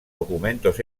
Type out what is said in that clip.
documentos